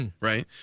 right